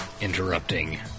interrupting